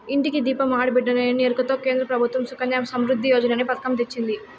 ఇంటికి దీపం ఆడబిడ్డేననే ఎరుకతో కేంద్ర ప్రభుత్వం సుకన్య సమృద్ధి యోజననే పతకం తెచ్చింది